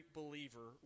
believer